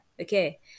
Okay